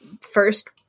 first